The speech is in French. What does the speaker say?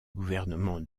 gouvernement